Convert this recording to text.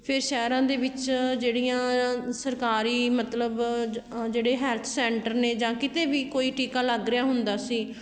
ਫਿਰ ਸ਼ਹਿਰਾਂ ਦੇ ਵਿੱਚ ਜਿਹੜੀਆਂ ਸਰਕਾਰੀ ਮਤਲਬ ਜ ਜਿਹੜੇ ਹੈਲਥ ਸੈਟਰ ਨੇ ਜਾਂ ਕਿਤੇ ਵੀ ਕੋਈ ਟੀਕਾ ਲੱਗ ਰਿਹਾ ਹੁੰਦਾ ਸੀ